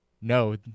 No